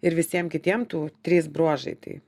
ir visiem kitiem tų trys bruožai tai